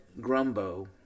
grumbo